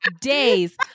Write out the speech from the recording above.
days